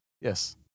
Yes